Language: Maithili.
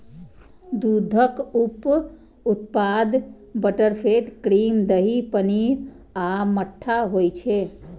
दूधक उप उत्पाद बटरफैट, क्रीम, दही, पनीर आ मट्ठा होइ छै